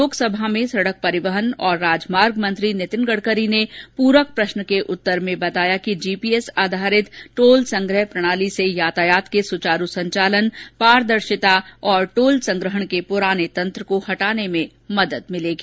लोकसभा में सडक परिवहन और राजमार्ग मंत्री नितिन गडकरी ने प्रक प्रश्न के उत्तर में कहा कि जी पी एस आधारित टोल संग्रह प्रणाली से यातायात के सुचारू संचालन पारदर्शिता और टोल संग्रहण के पुराने तंत्र को हटाने में मदद मिलेगी